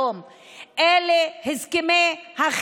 אלה לא הסכמי שלום,